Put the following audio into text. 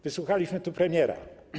Wysłuchaliśmy tu premiera.